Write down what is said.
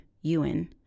ewan